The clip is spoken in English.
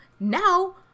Now